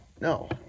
no